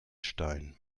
stein